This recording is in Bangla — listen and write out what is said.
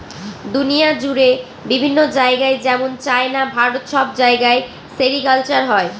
দুনিয়া জুড়ে বিভিন্ন জায়গায় যেমন চাইনা, ভারত সব জায়গায় সেরিকালচার হয়